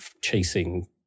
chasing